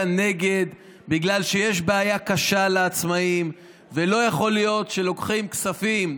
נגד בגלל שיש בעיה קשה לעצמאים ולא יכול להיות שלוקחים כספים.